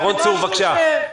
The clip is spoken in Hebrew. רון צור, בבקשה.